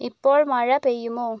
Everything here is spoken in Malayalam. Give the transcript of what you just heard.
ഇപ്പോൾ മഴ പെയ്യുമോ